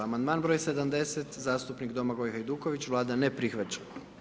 Amandman broj 70., zastupnik Domagoj Hajduković, Vlada ne prihvaća.